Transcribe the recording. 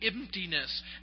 emptiness